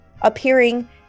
appearing